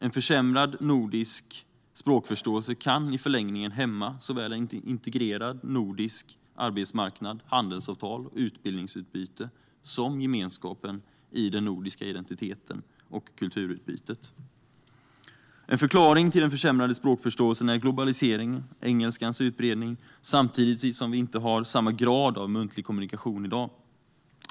En försämrad nordisk språkförståelse kan i förlängningen hämma såväl en integrerad nordisk arbetsmarknad, handelsavtal och utbildningsutbyte som gemenskapen i den nordiska identiteten och kulturutbytet. En förklaring till den försämrade språkförståelsen är globaliseringen och engelskans utbredning samtidigt som vi inte har samma grad av muntlig kommunikation i dag.